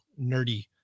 nerdy